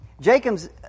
Jacob's